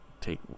take